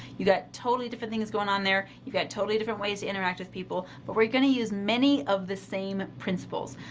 you got totally different things going on there, you've got totally different ways to interact with people but we're going to use many of the same principles.